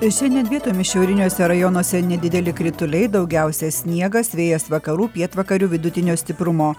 šiandien vietomis šiauriniuose rajonuose nedideli krituliai daugiausia sniegas vėjas vakarų pietvakarių vidutinio stiprumo